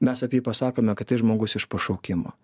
mes apie jį pasakome kad tai žmogus iš pašaukimo